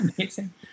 Amazing